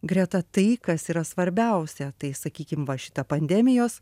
greta tai kas yra svarbiausia tai sakykim va šitą pandemijos